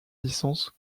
licence